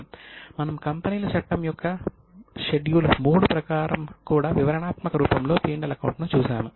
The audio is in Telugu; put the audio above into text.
మనం కంపెనీల చట్టం యొక్క షెడ్యూల్ III ప్రకారం కూడా వివరణాత్మక రూపంలో P Lఅకౌంట్ ను చూసాము